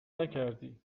نکردی